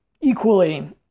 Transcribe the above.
equally